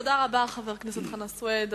תודה רבה לחבר הכנסת סוייד.